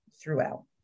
throughout